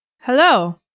Hello